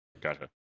Gotcha